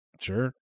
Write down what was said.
Sure